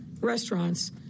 restaurants